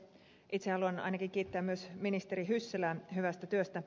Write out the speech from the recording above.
itse haluan ainakin kiittää myös ministeri hyssälää hyvästä työstä